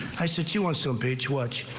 i sichuan's so beach watch.